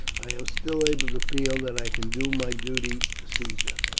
i am still able to feel that i can do my duty to caesar.